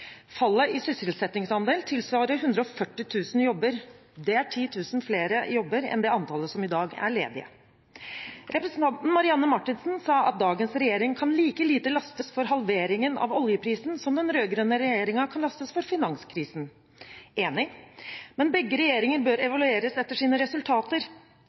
Fallet i sysselsettingsandel tilsvarer 140 000 jobber. Det er 10 000 flere jobber enn det antallet som i dag er ledig. Representanten Marianne Marthinsen sa at dagens regjering kan like lite lastes for halveringen av oljeprisen som den rød-grønne regjeringen kan lastes for finanskrisen. Enig. Men begge regjeringer bør evalueres etter sine resultater.